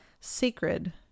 sacred